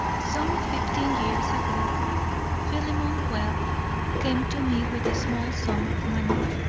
some fifteen years ago philemon webb came to me with a small sum of money,